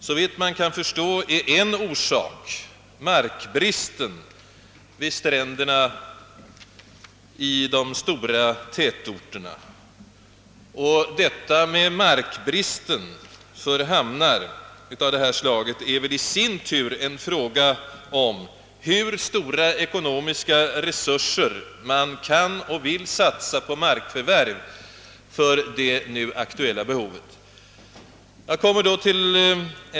Såvitt jag kan förstå är en av orsakerna markbristen vid stränderna i de stora tätorterna, och markbristen för hamnar av detta slag är väl i sin tur en fråga om hur stora ekonomiska resurser man kan och vill satsa på markförvärv för det nu aktuella behovet.